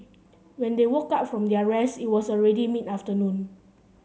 when they woke up from their rest it was already mid afternoon